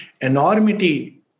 enormity